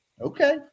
Okay